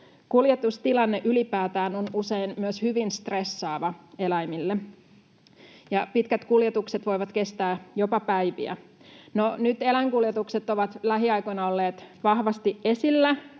Kuljetustilanne ylipäätään on usein myös hyvin stressaava eläimille, ja pitkät kuljetukset voivat kestää jopa päiviä. No, nyt eläinkuljetukset ovat lähiaikoina olleet vahvasti esillä,